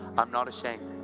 i'm not ashamed.